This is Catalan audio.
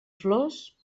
flors